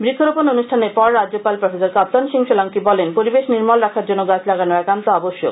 বৃক্ষরোপন অনুষ্ঠানের পর রাজ্যপাল প্রফেসর কাপ্তান সিং সোলাঙ্কি বলেন পরিবেশ নির্মল রাখার জন্য গাছ লাগানো একান্ত আবশ্যক